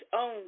own